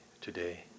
today